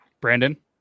Brandon